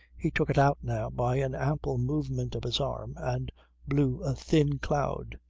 he took it out now by an ample movement of his arm and blew a thin cloud.